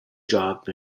job